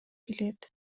келет